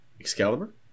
excalibur